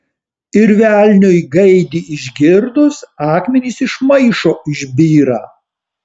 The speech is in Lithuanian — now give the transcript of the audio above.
ir velniui gaidį išgirdus akmenys iš maišo išbyra